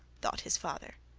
thought his father.